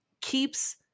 keeps